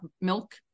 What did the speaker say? milk